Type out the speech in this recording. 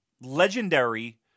legendary